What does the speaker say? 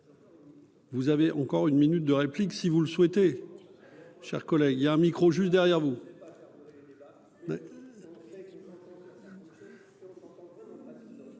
Vous avez encore une minute de répliques, si vous le souhaitez, chers collègues, il y a un micro juste derrière vous.